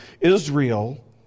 Israel